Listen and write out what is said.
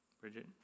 Bridget